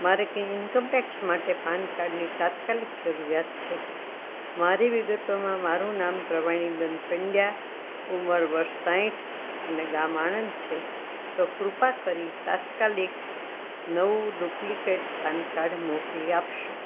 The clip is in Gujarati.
મારે કંઇ ઇન્કમ ટેક્સ માટે પાન કાર્ડની તાત્કાલિક જરૂરિયાત છે મારી વિગતોમાં મારું નામ પ્રવીણીબેન પંડયા ઉંમર વર્ષ સાહિઠ અને ગામ આણંદ છે તો કૃપા કરી તાત્કાલિક નવું ડુપ્લિકેટ પાનકાડ મોકલી આપશો